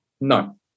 No